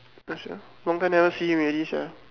ya sia long time never see him already sia